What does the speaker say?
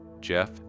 Jeff